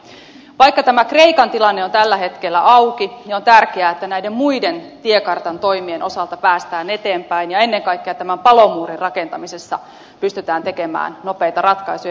vaikka tämä kreikan tilanne on tällä hetkellä auki on tärkeää että näiden muiden tiekartan toimien osalta päästään eteenpäin ja ennen kaikkea tämän palomuurin rakentamisessa pystytään tekemään nopeita ratkaisuja